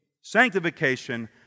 sanctification